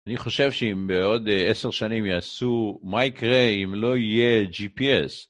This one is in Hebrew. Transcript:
אני חושב שאם בעוד עשר שנים יעשו, מה יקרה אם לא יהיה GPS?